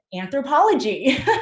anthropology